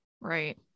Right